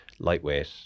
Lightweight